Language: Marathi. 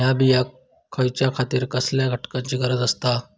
हया बियांक उगौच्या खातिर कसल्या घटकांची गरज आसता?